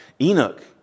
Enoch